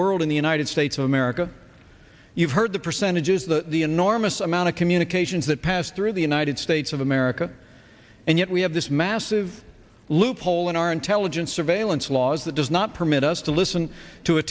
world in the united states of america you've heard the percentages the enormous amount of communications that pass through the united states of america and yet we have this massive loophole in our intelligence surveillance laws that does not permit us to listen to a